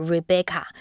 Rebecca